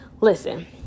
Listen